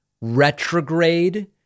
retrograde